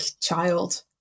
child